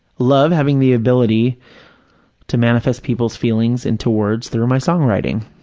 love having the ability to manifest people's feelings into words through my songwriting.